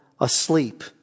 asleep